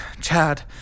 Chad